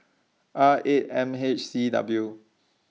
R eight M H C W